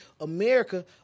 America